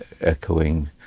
echoing